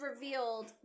revealed